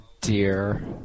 dear